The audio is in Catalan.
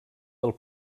del